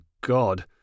God